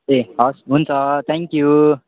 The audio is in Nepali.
ए हवस् हुन्छ थ्याङ्क यू